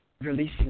releasing